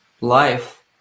life